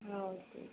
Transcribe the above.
ஆ okay